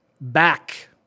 back